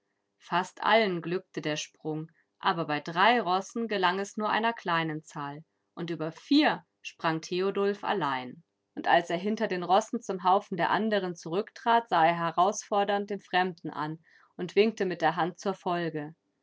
fast allen glückte der sprung aber bei drei rossen gelang es nur einer kleinen zahl und über vier sprang theodulf allein und als er hinter den rossen zum haufen der anderen zurücktrat sah er herausfordernd den fremden an und winkte mit der hand zur folge